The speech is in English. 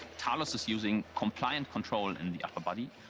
talos is using compliant control in the upper body,